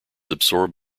absorbed